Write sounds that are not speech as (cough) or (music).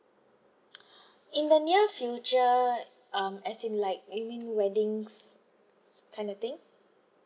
(breath) in the near future um as in like you mean weddings kind of thing